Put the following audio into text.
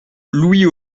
louis